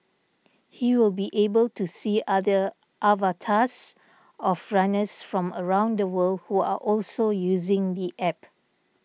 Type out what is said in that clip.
he will be able to see other avatars of runners from around the world who are also using the App